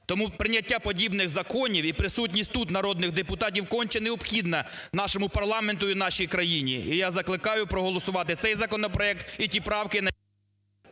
Тому прийняття подібних законів і присутність тут народних депутатів конче необхідна нашому парламенту і нашій країні. І я закликаю проголосувати цей законопроект і ті правки, …